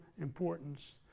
importance